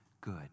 good